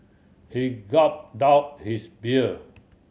he gulped down his beer